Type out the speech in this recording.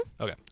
Okay